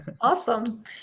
Awesome